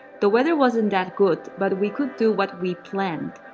the weather wasn't that good, but we could do what we planned!